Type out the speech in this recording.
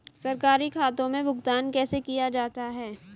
सरकारी खातों में भुगतान कैसे किया जाता है?